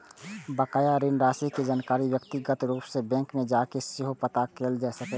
बकाया ऋण राशि के जानकारी व्यक्तिगत रूप सं बैंक मे जाके सेहो पता कैल जा सकैए